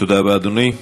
תודה רבה, אדוני.